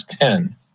ten